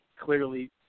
clearly